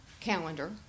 calendar